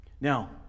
Now